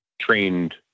trained